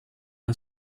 est